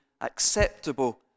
acceptable